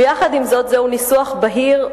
ויחד עם זאת זהו ניסוח בהיר,